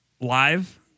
live